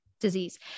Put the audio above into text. disease